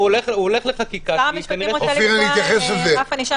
שר המשפטים רוצה לקבוע רף ענישה